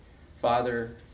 Father